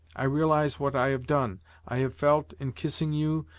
i realize what i have done i have felt, in kissing you,